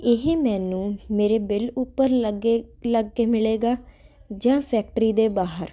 ਇਹ ਮੈਨੂੰ ਮੇਰੇ ਬਿੱਲ ਉੱਪਰ ਲੱਗੇ ਲੱਗ ਕੇ ਮਿਲੇਗਾ ਜਾਂ ਫੈਕਟਰੀ ਦੇ ਬਾਹਰ